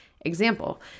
Example